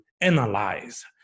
analyze